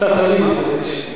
אתה תמיד יכול להשיב.